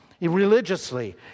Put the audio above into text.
religiously